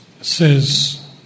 says